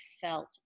felt